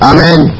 Amen